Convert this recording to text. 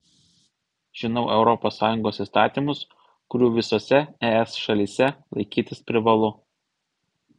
žinau europos sąjungos įstatymus kurių visose es šalyse laikytis privalu